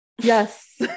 yes